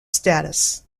status